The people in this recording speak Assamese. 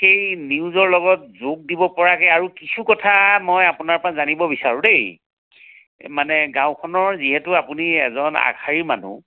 সেই নিউজৰ লগত যোগ দিব পৰাকৈ আৰু কিছুকথা মই আপোনাৰপৰা জানিব বিচাৰোঁ দেই এই মানে গাঁৱখনৰ যিহেতু আপুনি এজন আগশাৰীৰ মানুহ